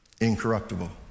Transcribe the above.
incorruptible